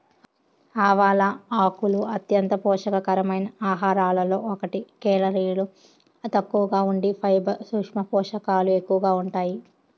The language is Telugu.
ఆవాల ఆకులు అంత్యంత పోషక కరమైన ఆహారాలలో ఒకటి, కేలరీలు తక్కువగా ఉండి ఫైబర్, సూక్ష్మ పోషకాలు ఎక్కువగా ఉంటాయి